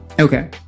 Okay